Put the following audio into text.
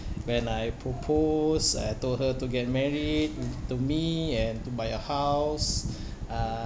when I propose I told her to get married to me and to buy a house uh